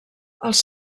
els